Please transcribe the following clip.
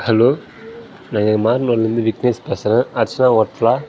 hello நாங்கள் இருந்து விக்னேஷ் பேசுகிறேன் அர்ச்சனா ஹோட்டலா